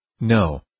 No